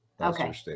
okay